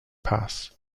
pass